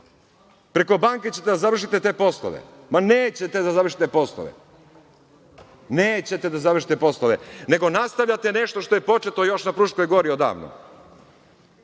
Preko banke ćete da završite te poslove? Ma, nećete da završite te poslove. Nećete da završite poslove, nego nastavljate nešto što je početo još na Fruškoj Gori odavno. Srbija